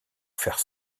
faire